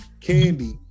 candy